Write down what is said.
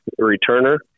returner